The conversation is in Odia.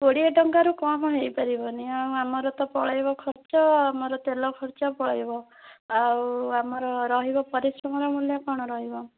କୋଡ଼ିଏ ଟଙ୍କା ରୁ କମ୍ ହେଇପାରିବନି ଆଉ ଆମର ତ ପଳେଇବ ଖର୍ଚ୍ଚ ଆମର ତେଲ ଖର୍ଚ୍ଚ ପଳେଇବ ଆଉ ଆମର ରହିବ ପରିଶ୍ରମ ର ମୂଲ୍ୟ କ'ଣ ରହିବ